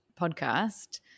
podcast